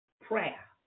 Prayer